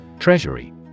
Treasury